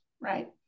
right